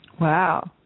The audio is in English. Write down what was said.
Wow